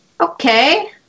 Okay